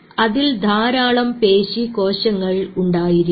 അതിൽ ധാരാളം പേശി കോശങ്ങൾ ഉണ്ടായിരിക്കും